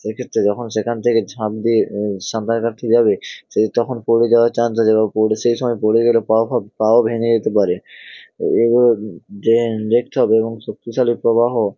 সেক্ষেত্রে তখন সেখান থেকে ঝাঁপ দিয়ে সাঁতার কাটতে যাবে সেই তখন পড়ে যাওয়ার চান্স আছে বা পড়ে সে সময় পড়ে গেলে পা ফা পাও ভেঙে যেতে পারে এবং যে হবে এবং শক্তিশালী প্রবাহ